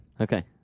Okay